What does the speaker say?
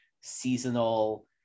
seasonal